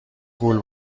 گول